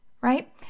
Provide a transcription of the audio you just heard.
right